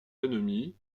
ennemis